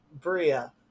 Bria